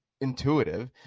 intuitive